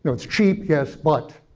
it's cheap. yes, but,